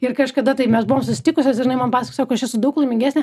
ir kažkada tai mes buvom susitikusios jinai man pasakojo sako aš esu daug laimingesnė